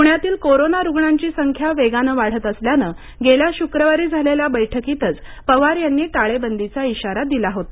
पुण्यातील कोरोना रुग्णांची संख्या वेगानं वाढत असल्यानं गेल्या शुक्रवारी झालेल्या बैठकीतच पवार यांनी टाळेबंदीचा इशारा दिला होता